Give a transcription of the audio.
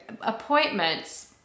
appointments